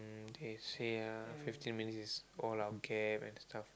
mm they say ah fifteen minutes is all our gap and stuff